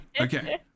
Okay